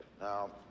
Now